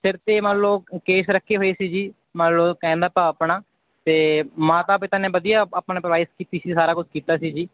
ਸਿਰ 'ਤੇ ਮੰਨ ਲਓ ਕੇਸ ਰੱਖੇ ਹੋਏ ਸੀ ਜੀ ਮੰਨ ਲਓ ਕਹਿਣ ਦਾ ਭਾਵ ਆਪਣਾ ਅਤੇ ਮਾਤਾ ਪਿਤਾ ਨੇ ਵਧੀਆ ਆ ਆਪਣੇ ਪਰਵਰਿਸ਼ ਕੀਤੀ ਸੀ ਸਾਰਾ ਕੁਛ ਕੀਤਾ ਸੀ ਜੀ